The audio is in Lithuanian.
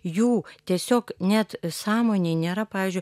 jų tiesiog net sąmonėj nėra pavyzdžiui